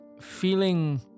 feeling